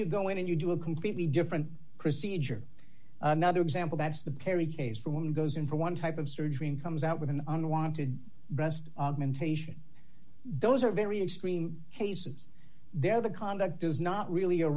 you go in and you do a completely different chrissy ager another example that's the perry case for one goes in for one type of surgery and comes out with an unwanted breast augmentation those are very extreme cases there the conduct does not really